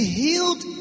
healed